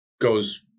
goes